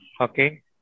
Okay